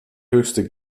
höchste